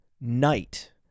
night